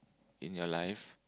in your life